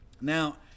Now